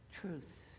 Truth